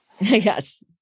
Yes